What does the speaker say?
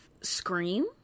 scream